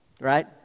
right